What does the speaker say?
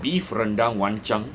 beef rendang one chunk